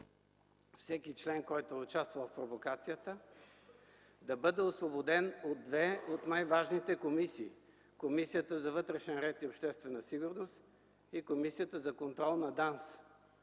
Всеки член, който е участвал в провокацията, да бъде освободен от две от най-важните комисии – Комисията за вътрешна сигурност и обществен ред и Комисията за контрол на ДАНС,